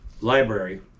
library